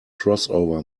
crossover